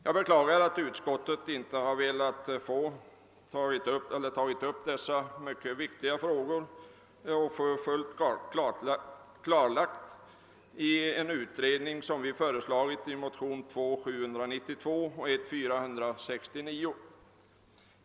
Jag beklagar att utskottet inte har velat få dessa mycket vitala frågor fullt klarlagda i en utredning, vilket vi har föreslagit i de likalydande motionerna 1: 469 och II: 792.